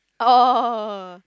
oh